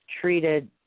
treated